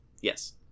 Yes